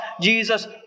Jesus